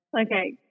Okay